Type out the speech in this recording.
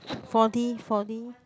four D four D